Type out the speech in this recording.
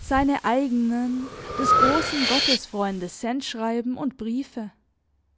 seine eigenen des großen gottesfreundes sendschreiben und briefe